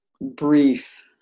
brief